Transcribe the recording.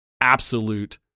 absolute